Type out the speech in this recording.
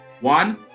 One